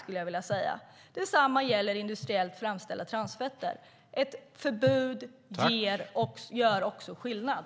Detsamma gäller frågan om industriellt framställda transfetter. Ett förbud gör också skillnad.